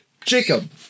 Jacob